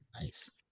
Nice